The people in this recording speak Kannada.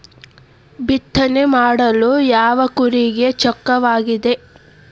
ಬಿತ್ತನೆ ಮಾಡಲು ಯಾವ ಕೂರಿಗೆ ಚೊಕ್ಕವಾಗಿದೆ?